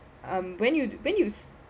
um when you when you